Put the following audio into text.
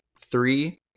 three